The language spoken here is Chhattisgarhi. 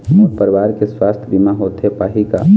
मोर परवार के सुवास्थ बीमा होथे पाही का?